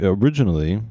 originally